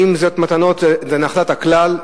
אם זה נחלת הכלל.